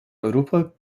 europa